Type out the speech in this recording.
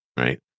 Right